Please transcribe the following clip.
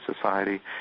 society